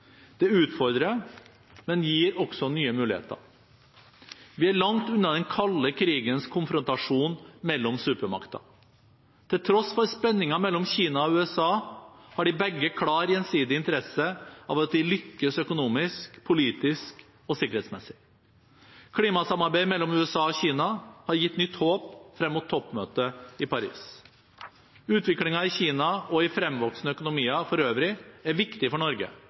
Det utfordrer, men gir også nye muligheter. Vi er langt unna den kalde krigens konfrontasjon mellom supermakter. Til tross for spenninger mellom Kina og USA har de begge en klar gjensidig interesse av at de lykkes økonomisk, politisk og sikkerhetsmessig. Klimasamarbeidet mellom USA og Kina har gitt nytt håp frem mot toppmøtet i Paris. Utviklingen i Kina og i fremvoksende økonomier for øvrig er viktig for Norge